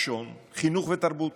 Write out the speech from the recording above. לשון, חינוך ותרבות.